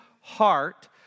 heart